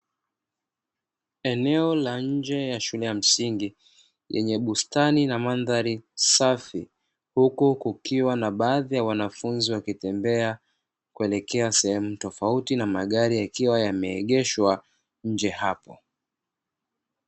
Eneo la nje ya shule ya msingi lenye bustani na mandhari safi, huku kukiwa na baadhi ya wanafunzi wakitembea kuelekea sehemu tofauti na magari yakiwa yameegeshwa nje hapo.